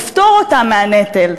לפטור אותם מהנטל.